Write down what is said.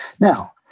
now